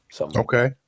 Okay